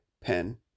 pen